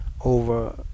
over